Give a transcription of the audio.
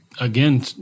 again